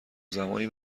زمانی